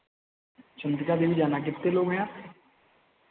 चंद्रिका देवी जाना है कितने लोग हैं आप